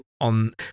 on